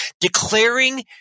declaring